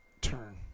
turn